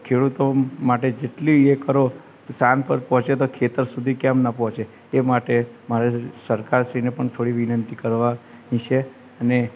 ખેડૂતો માટે જેટલી એ કરો તો ચાંદ પર પહોંચે તો ખેતર સુધી કેમ ન પહોંચે એ માટે મારે સરકાર શ્રીને પણ થોડી વિનંતી કરવાની છે અને